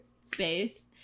space